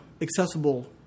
accessible